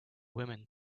women